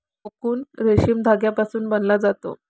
cocoon रेशीम धाग्यापासून बनवला जातो